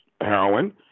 heroin